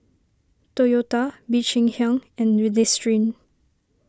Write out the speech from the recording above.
Toyota Bee Cheng Hiang and Listerine